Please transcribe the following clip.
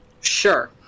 Sure